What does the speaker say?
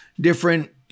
different